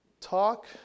Talk